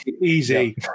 Easy